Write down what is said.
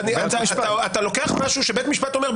אתה לוקח משהו שבית משפט אומר,